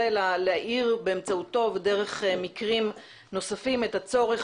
אלא להאיר באמצעותו ודרך מקרים נוספים את הצורך